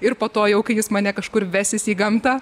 ir po to jau kai jis mane kažkur vesis į gamtą